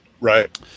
Right